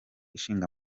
ishinga